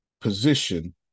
position